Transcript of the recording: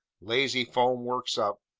lazy foam works up,